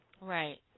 Right